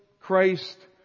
Christ